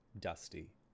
dusty